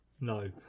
no